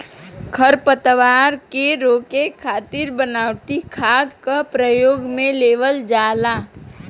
खरपतवार के रोके खातिर बनावटी खाद क परयोग में लेवल जाला